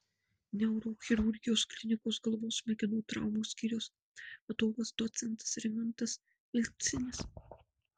neurochirurgijos klinikos galvos smegenų traumų skyriaus vadovas docentas rimantas vilcinis